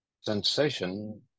sensation